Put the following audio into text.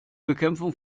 bekämpfung